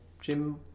Jim